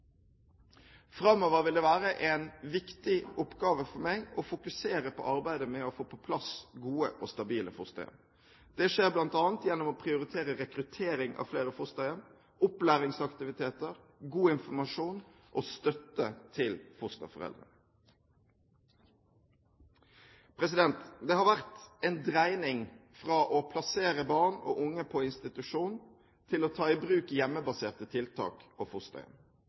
Framover vil det være en viktig oppgave for meg å fokusere på arbeidet med å få på plass gode og stabile fosterhjem. Det skjer bl.a. gjennom å prioritere rekruttering av flere fosterhjem, opplæringsaktiviteter, god informasjon og støtte til fosterforeldrene. Det har vært en dreining fra å plassere barn og unge på institusjon til å ta i bruk hjemmebaserte tiltak og fosterhjem.